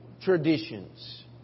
traditions